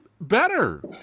better